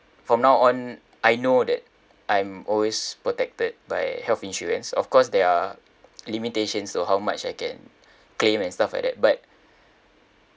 from now on I know that I'm always protected by health insurance of course there are limitations to how much I can claim and stuff like that but